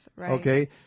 Okay